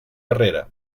arrere